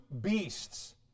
beasts